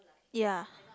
ya